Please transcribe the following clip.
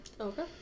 Okay